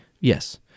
Yes